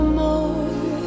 more